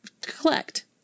collect